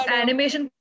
animation